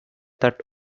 that